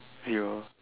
zero